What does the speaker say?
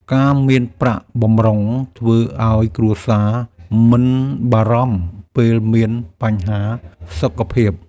ការមានប្រាក់បម្រុងធ្វើឱ្យគ្រួសារមិនបារម្ភពេលមានបញ្ហាសុខភាព។